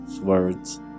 words